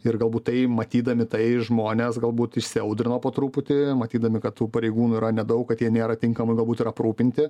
ir galbūt tai matydami tai žmonės galbūt įšsiaudrino po truputį matydami kad tų pareigūnų yra nedaug kad jie nėra tinkamai galbūt ir aprūpinti